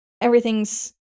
everything's